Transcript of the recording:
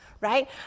right